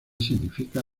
significa